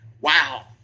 wow